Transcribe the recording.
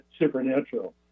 supernatural